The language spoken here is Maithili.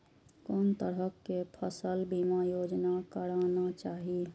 कोन तरह के फसल बीमा योजना कराना चाही?